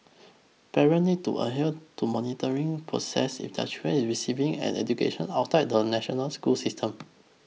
parents need to adhere to monitoring processes if their child is receiving an education outside the national school system